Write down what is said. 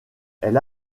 elle